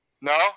No